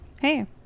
Hey